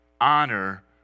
honor